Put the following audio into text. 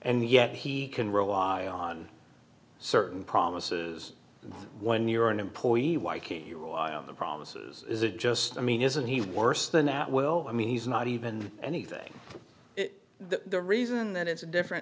yet he can rely on certain promises when you're an employee why keep you on the promises is it just i mean isn't he worse than that well i mean he's not even anything the reason that it's different